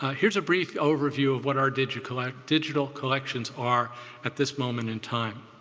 here's a brief overview of what our digital our digital collections are at this moment in time.